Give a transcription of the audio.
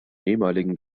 ehemaligen